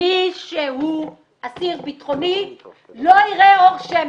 מי שהוא אסיר בטחוני לא יראה אור שמש.